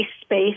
space